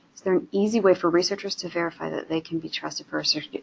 is there an easy way for researchers to verify that they can be trusted for research?